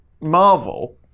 Marvel